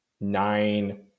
nine